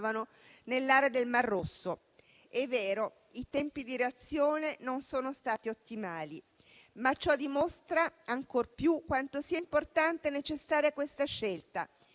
nell'area del Mar Rosso. È vero, i tempi di reazione non sono stati ottimali, ma ciò dimostra ancor più quanto sia importante e necessaria questa scelta